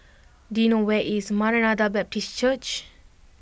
do you know where is Maranatha Baptist Church